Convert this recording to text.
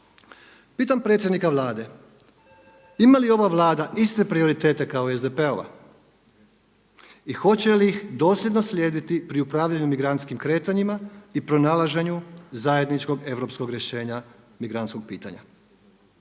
Pitam predsjednika Vlade ima li ova Vlada iste prioritet kao i SDP-ova i hoće li ih dosljedno slijediti pri upravljanju migrantskim kretanjima i pronalaženju zajedničkog europskog rješenja migrantskog pitanja?